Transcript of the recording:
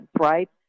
right